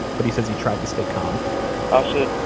but he says he tried to stay calm i said,